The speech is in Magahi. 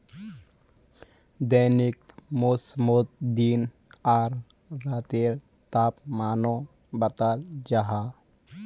दैनिक मौसमोत दिन आर रातेर तापमानो बताल जाहा